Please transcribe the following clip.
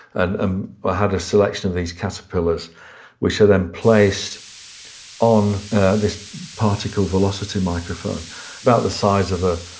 ah ah had a selection of these caterpillars which are then placed on this particle velocity microphone about the size of a,